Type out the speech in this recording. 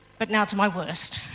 but now to my worst.